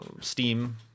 Steam